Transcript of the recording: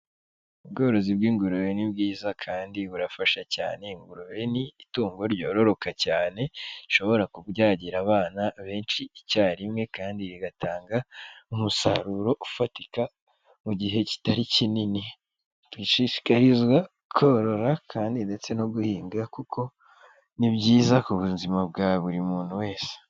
Ubworozi bw'ingurube ni bwiza kandi burafasha cyane; ingurube ni itungo ryororoka cyane, rishobora kubyarira abana benshi icyarimwe kandi rigatanga umusaruro ufatika mu gihe kitari kinini. Dishishikarizwa korora kandi ndetse no guhinga kuko ni byiza ku buzima bwa buri muntu wese.